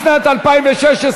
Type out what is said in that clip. הוצאות פיתוח אחרות,